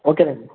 ఓకేనండి